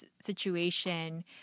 situation